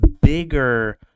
bigger